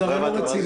זה הרי לא רציני.